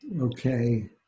Okay